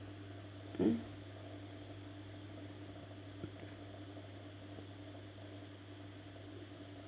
mm